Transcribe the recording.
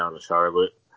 Charlotte